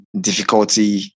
difficulty